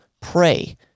pray